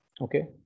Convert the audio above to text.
Okay